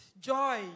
joy